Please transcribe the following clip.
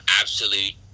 absolute